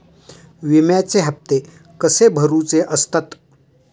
विम्याचे हप्ते कसे भरुचे असतत?